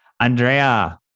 Andrea